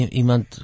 iemand